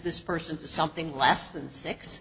this person to something less than six